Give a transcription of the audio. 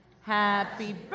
happy